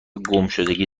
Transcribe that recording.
گمشدگی